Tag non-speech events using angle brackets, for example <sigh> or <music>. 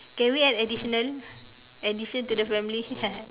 okay can we add additional addition to the family <laughs>